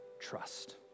trust